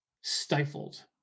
stifled